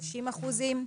30 אחוזים.